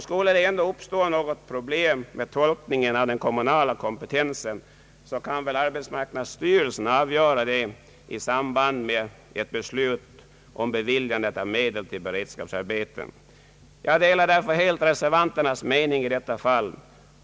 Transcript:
Skulle det ändå uppstå problem med tolkningen av den kommunala kompetensen kan väl AMS avgöra det i samband med ett beslut om beviljande av medel till beredskapsarbeten. Jag delar därför helt reservanternas mening i detta fall.